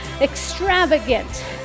extravagant